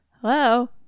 hello